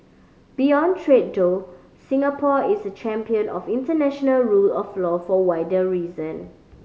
beyond trade though Singapore is a champion of international rule of law for wider reason